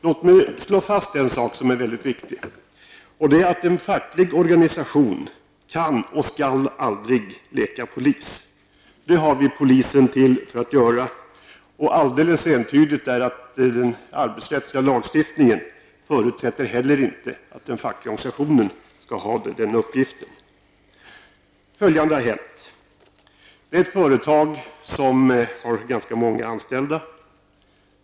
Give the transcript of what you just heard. Låt mig slå fast en sak som är mycket viktig, nämligen att en facklig organisation inte kan och aldrig skall leka polis. Det är polisen som skall sköta sådant arbete. Och det är alldeles entydigt att det i den arbetsrättsliga lagstiftningen inte förutsätts att den fackliga organisationen skall ha den uppgiften. Följande har hänt. Det handlar om ett företag som har ganska många anställda.